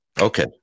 Okay